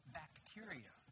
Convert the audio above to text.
bacteria